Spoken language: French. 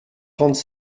trente